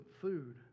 food